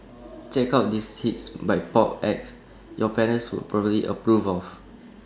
check out these hits by pop acts your parents would probably approve of